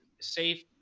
safe